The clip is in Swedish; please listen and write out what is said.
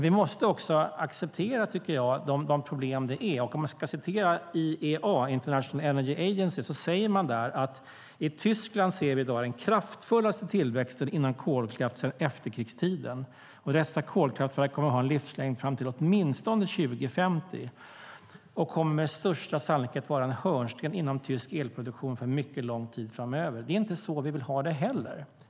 Vi måste samtidigt acceptera de problem som finns. Låt mig nämna att IEA, International Energy Agency säger att vi i Tyskland i dag ser den kraftfullaste tillväxten inom kolkraft sedan efterkrigstiden. Dessa kolkraftverk kommer att ha en livslängd fram till åtminstone 2050 och kommer med största sannolikhet att vara en hörnsten inom tysk elproduktion under mycket lång tid framöver. Det är inte så vi vill ha det.